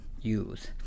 use